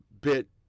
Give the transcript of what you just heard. bit